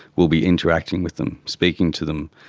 will be interacting with them, speaking to them.